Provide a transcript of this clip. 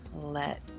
let